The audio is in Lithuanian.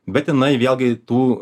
bet jinai vėlgi tų